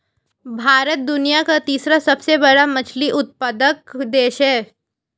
भारत दुनिया का तीसरा सबसे बड़ा मछली उत्पादक देश है